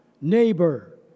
neighbor